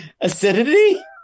Acidity